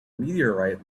meteorite